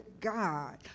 God